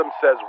says